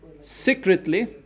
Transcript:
secretly